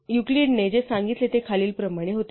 युक्लिडने जे सांगितले ते खालीलप्रमाणे होते